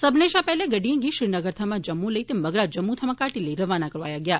सब्मने शा पैहले गड्डिए गी श्रीनगर थमां जम्मू लेई ते मगरा जम्मू थमां घाटी लेई रवाना करोआया गेआ